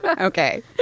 Okay